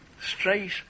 straight